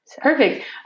Perfect